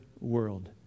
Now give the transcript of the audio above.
world